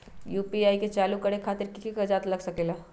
UPI के चालु करे खातीर कि की कागज़ात लग सकेला?